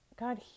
God